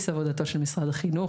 בבסיס עבודתו של משרד החינוך.